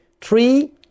Three